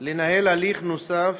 לנהל הליך נוסף,